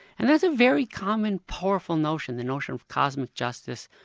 and that's a very common, powerful notion, the notion of cosmic justice,